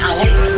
Alex